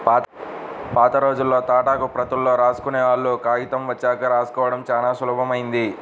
పాతరోజుల్లో తాటాకు ప్రతుల్లో రాసుకునేవాళ్ళు, కాగితం వచ్చాక రాసుకోడం చానా సులభమైంది